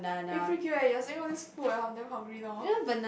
eh freak you are you are saying all these food I am damn hungry now